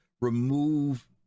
remove